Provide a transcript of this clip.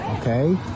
okay